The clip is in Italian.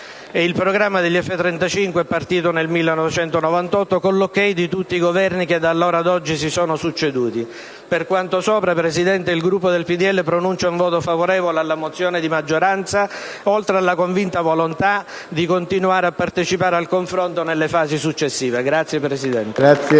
Il programma sugli F-35 è partito nel 1998, con l'assenso di tutti i Governi che da allora ad oggi si sono succeduti. Per quanto ho detto, il Gruppo del PDL esprimerà un voto favorevole alla mozione di maggioranza, oltre alla convinta volontà di continuare a partecipare al confronto nelle fasi successive. *(Applausi